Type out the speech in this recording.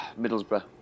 Middlesbrough